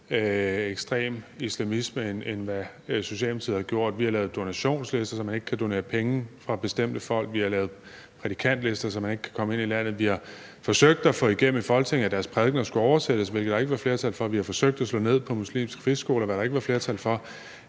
ekstrem islamisme, end Socialdemokratiet har gjort. Vi har lavet en donationsliste, så bestemte folk ikke kan donere penge. Vi har lavet prædikantlister, så man ikke kan komme ind i landet. Vi har forsøgt at få igennem i Folketinget, at deres prædikener skulle oversættes, hvilket der ikke var flertal for. Vi har forsøgt at slå ned på muslimske friskoler, hvad der ikke var flertal for.